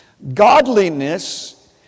Godliness